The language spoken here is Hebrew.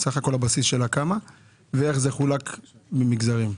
מה הבסיס שלה ואיך חולק למגזרים?